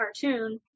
cartoon